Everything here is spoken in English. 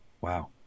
Wow